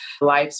life